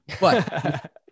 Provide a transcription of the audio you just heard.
But-